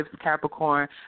Capricorn